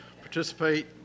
participate